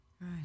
Right